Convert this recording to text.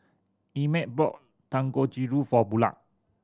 Emett bought Dangojiru for Bulah